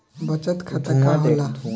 बचत खाता का होला?